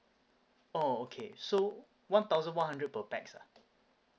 oh okay so one thousand one hundred per pax ah